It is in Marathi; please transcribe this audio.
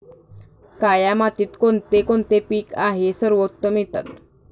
काया मातीत कोणते कोणते पीक आहे सर्वोत्तम येतात?